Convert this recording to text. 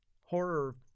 horror